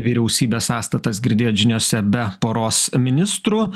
vyriausybės sąstatas girdėjot žiniose be poros ministrų